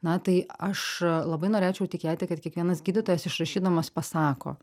na tai aš a labai norėčiau tikėti kad kiekvienas gydytojas išrašydamas pasako